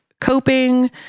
coping